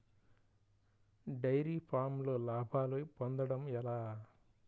Dairy ఫామ్లో లాభాలు పొందడం ఎలా?